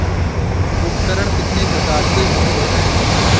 उपकरण कितने प्रकार के होते हैं?